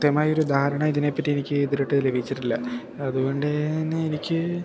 കൃത്യമായൊരു ധാരണ ഇതിനെ പറ്റി എനിക്ക് ഇതുമായിട്ട് ലഭിച്ചിട്ടില്ല അതു കൊണ്ട് തന്നെ എനിക്ക്